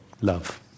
love